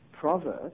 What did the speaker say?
proverb